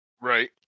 Right